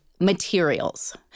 materials